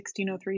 1603